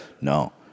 No